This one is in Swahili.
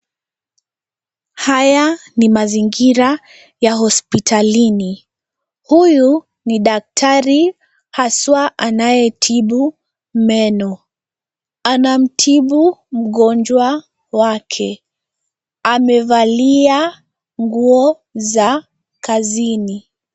Haya ni mazingira ya hospitalini. Huyu ni daktari haswa anayetibu meno. Anamtibu mgonjwa wake. Amevalia nguo za kazini.